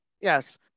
yes